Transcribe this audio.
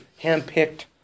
handpicked